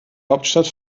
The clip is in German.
hauptstadt